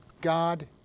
God